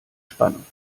spannung